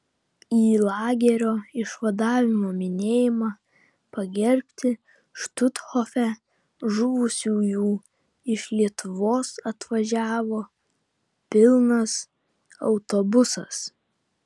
į lagerio išvadavimo minėjimą pagerbti štuthofe žuvusiųjų iš lietuvos atvažiavo pilnas autobusas